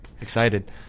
Excited